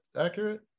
accurate